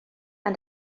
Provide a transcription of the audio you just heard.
and